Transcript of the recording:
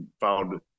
found